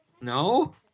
No